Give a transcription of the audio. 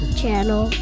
channel